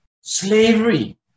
slavery